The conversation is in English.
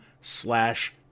slash